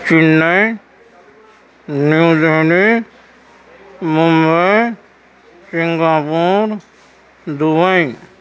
Chennai new Delhi Mumbai Singapore Dubai